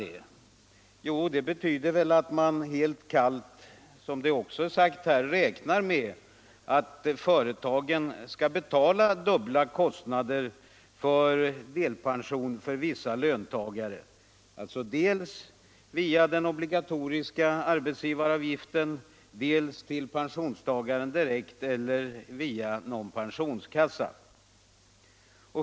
Det — Nr 76 betyder att man helt kallt, som det också är sagt här, räknar med att företagen Fredagen den skall betala dubbla kostnader för delpension för vissa löntagare, alltså dels 5 mars 1976 via den obligatoriska arbetsgivaravgiften, dels till pensionstagaren direkt I eller via någon pensionskassa.